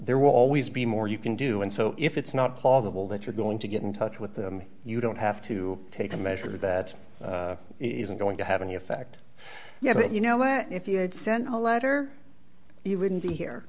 there will always be more you can do and so if it's not plausible that you're going to get in touch with them you don't have to take a measure that isn't going to have any effect yet you know that if you had sent a letter he wouldn't be here